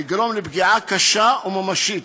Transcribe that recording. יגרום לפגיעה קשה וממשית,